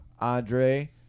Andre